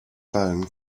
phone